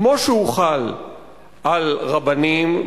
כמו שהוא חל על רבנים,